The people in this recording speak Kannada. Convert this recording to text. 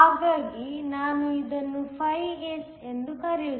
ಹಾಗಾಗಿ ನಾನು ಇದನ್ನು φS ಎಂದು ಕರೆಯುತ್ತೇನೆ